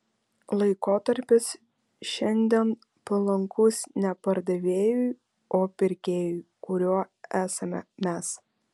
laikotarpis šiandien palankus ne pardavėjui o pirkėjui kuriuo esame mes